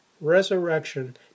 resurrection